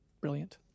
brilliant